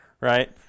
Right